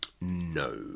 No